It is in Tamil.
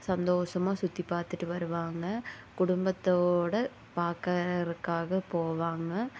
சந்தோஷமாக சுற்றி பார்த்துட்டு வருவாங்க குடும்பத்தோட பார்க்கறக்காக போவாங்க